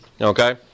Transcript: Okay